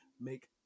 make